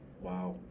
wow